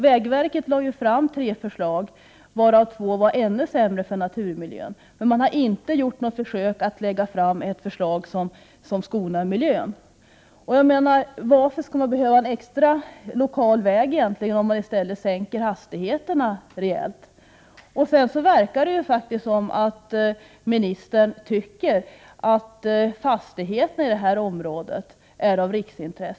Vägverket lade fram tre förslag, varav två var ännu sämre för naturmiljön, men man har inte gjort något försök att lägga fram ett förslag som skonar miljön. Varför skall man behöva en extra lokal väg egentligen, om man i stället sänker hastigheterna rejält? Det verkar faktiskt som om ministern tycker att fastigheterna i det här området är av riksintresse.